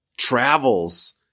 travels